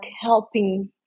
helping